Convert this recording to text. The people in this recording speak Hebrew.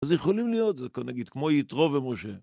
אז יכולים להיות, נגיד, כמו יתרו ומשה.